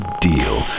deal